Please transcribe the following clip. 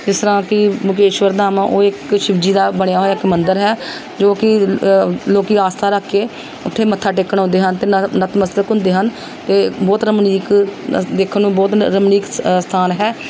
ਜਿਸ ਤਰ੍ਹਾਂ ਕਿ ਮੁਕੇਸ਼ਵਰ ਧਾਮ ਆ ਉਹ ਇੱਕ ਸ਼ਿਵਜੀ ਦਾ ਬਣਿਆ ਹੋਇਆ ਇੱਕ ਮੰਦਰ ਹੈ ਜੋ ਕਿ ਲੋਕ ਆਸਥਾ ਰੱਖ ਕੇ ਉੱਥੇ ਮੱਥਾ ਟੇਕਣ ਆਉਂਦੇ ਹਨ ਅਤੇ ਨ ਨਤਮਸਤਕ ਹੁੰਦੇ ਹਨ ਅਤੇ ਬਹੁਤ ਰਮਨੀਕ ਦੇਖਣ ਨੂੰ ਬਹੁਤ ਰਮਨੀਕ ਸ ਸਥਾਨ ਹੈ